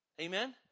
Amen